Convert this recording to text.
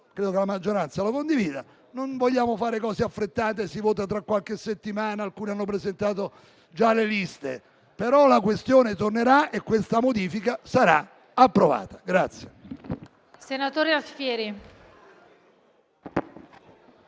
credo anche la maggioranza. Non vogliamo fare cose affrettate. Si vota tra qualche settimana, alcuni hanno presentato già le liste, ma la questione tornerà e la modifica sarà approvata.